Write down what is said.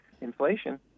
Inflation